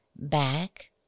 back